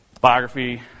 Biography